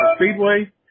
Speedway